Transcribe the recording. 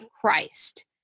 Christ